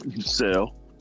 Sell